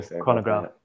chronograph